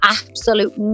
absolute